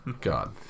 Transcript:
God